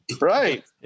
Right